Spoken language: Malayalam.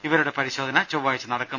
ഇവരുടെ പരിശോധന ചൊവ്വാഴ്ച നടക്കും